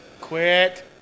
Quit